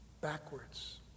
backwards